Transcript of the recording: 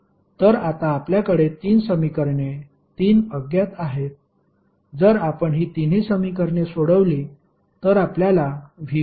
तर आता आपल्याकडे तीन समीकरणे तीन अज्ञात आहेत जर आपण हि तिन्ही समीकरणे सोडविली तर आपल्याला V1 V2 आणि V3 ची व्हॅल्यु मिळेल